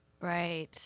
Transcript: Right